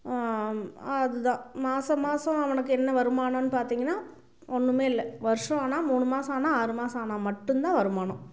அது தான் மாதம் மாசம் அவனுக்கு என்ன வருமானோன்னு பார்த்திங்கன்னா ஒன்றுமே இல்லை வருஷம் ஆனா மூணு மாதம் ஆனால் ஆறு மாதம் ஆனால் மட்டும்தான் வருமானம்